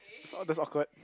oh that's awkward